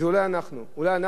אולי אנחנו הפוליטיקאים,